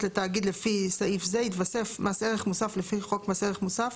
לתאגיד לפי סעיף זה יתווסף מס ערך מוסף לפי חוק מס ערך מוסף,